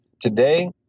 Today